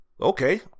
okay